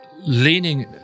leaning